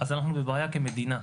אז אנחנו בבעיה כמדינה.